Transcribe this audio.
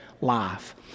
life